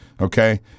okay